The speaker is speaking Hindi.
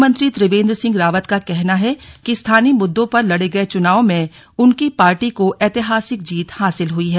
मुख्यमंत्री त्रिवेंद्र सिंह रावत का कहना है कि स्थानीय मुद्दों पर लड़े गये चुनाव में उनकी पार्टी को ऐतिहासिक जीत हासिल हुई है